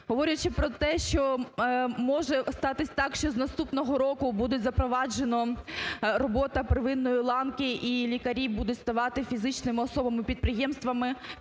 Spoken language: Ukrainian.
Говорячи про те, що може статися так, що з наступного року буде запроваджена робота первинної ланки і лікарі будуть ставати фізичними особами, підприємцями,